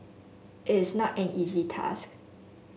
it is not an easy task